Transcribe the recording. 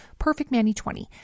perfectmanny20